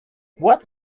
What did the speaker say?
what